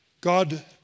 God